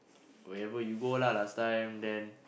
wherever you go lah last time then